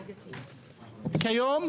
היום,